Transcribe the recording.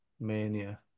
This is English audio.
mania